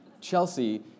Chelsea